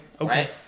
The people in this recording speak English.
okay